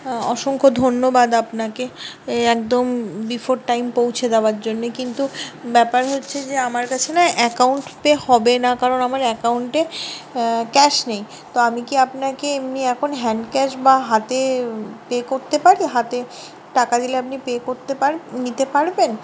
হ্যাঁ অসংখ্য ধন্যবাদ আপনাকে একদম বিফোর টাইম পৌঁছে দেওয়ার জন্যে কিন্তু ব্যাপার হচ্ছে যে আমার কাছে না অ্যাকাউন্ট পে হবে না কারণ আমার অ্যাকাউন্টে ক্যাশ নেই তো আমি কি আপনাকে এমনি এখন হ্যান্ড ক্যাশ বা হাতে পে করতে পারি হাতে টাকা দিলে আপনি পে করতে নিতে পারবেন